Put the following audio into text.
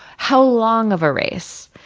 how long of a race?